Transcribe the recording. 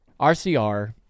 RCR